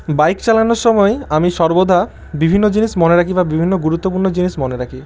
bike চালানোর সময় আমি সর্বদা বিভিন্ন জিনিস মনে রাখি বা বিভিন্ন গুরুত্বপূর্ণ জিনিস মনে রাখি